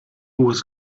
was